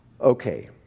Okay